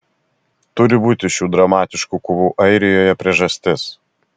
turi būti šių dramatiškų kovų airijoje priežastis